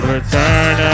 Return